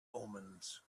omens